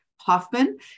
Hoffman